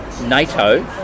NATO